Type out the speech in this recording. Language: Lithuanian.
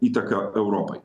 įtaka europai